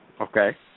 Okay